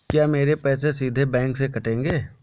क्या मेरे पैसे सीधे बैंक से कटेंगे?